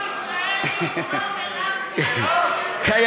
לא מירב ישראלי, לא מרב מיכאלי, לא,